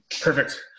perfect